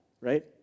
right